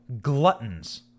gluttons